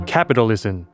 Capitalism